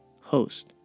host